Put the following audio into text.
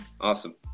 awesome